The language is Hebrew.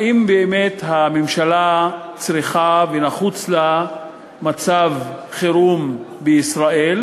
האם באמת הממשלה צריכה ונחוץ לה מצב חירום בישראל,